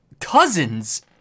cousins